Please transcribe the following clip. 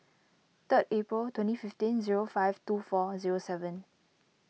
third April twenty fifteen zero five two four zero seven